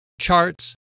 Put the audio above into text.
charts